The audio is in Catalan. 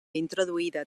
introduïda